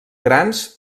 grans